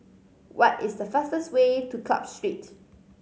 what is the fastest way to Club Street